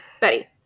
Betty